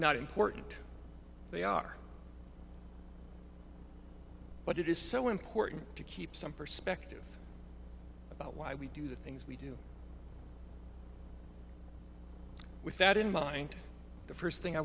not important they are but it is so important to keep some perspective about why we do the things we do with that in mind the first thing i